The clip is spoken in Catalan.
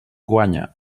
guanya